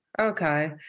Okay